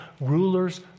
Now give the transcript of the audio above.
rulers